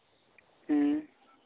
ᱦᱮᱸ